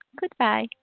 goodbye